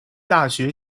大学